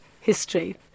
history